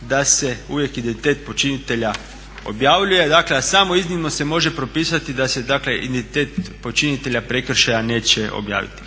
da se uvijek identitet počinitelja objavljuje dakle a samo iznimno se može propisati da se dakle identitet počinitelja prekršaja neće objaviti.